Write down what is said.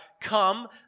come